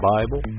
Bible